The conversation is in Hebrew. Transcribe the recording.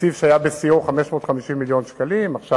לתקציב שבשיאו היה 550 מיליון שקלים, עכשיו